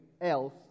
else